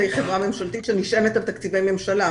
היא חברה ממשלתית שנשענת על תקציבי ממשלה.